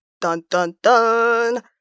dun-dun-dun